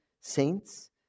saints